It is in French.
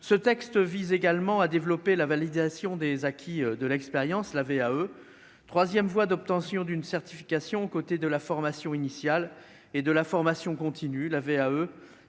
ce texte vise également à développer la validation des acquis de l'expérience, la VAE troisième voie d'obtention d'une certification aux côtés de la formation initiale et de la formation continue, la VAE